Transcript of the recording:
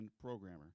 programmer